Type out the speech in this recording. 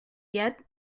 yet